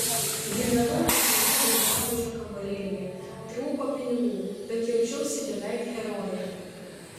gyvenau kukliame bendrabučio kambarėlyje trūko pinigų bet jaučiausi beveik heroje